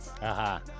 Aha